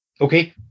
Okay